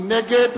מי נגד?